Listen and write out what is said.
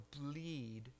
bleed